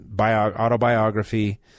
autobiography